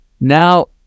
now